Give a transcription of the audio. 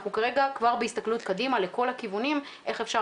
אנחנו כרגע כבר בהסתכלות קדימה לכל הכיוונים איך אפשר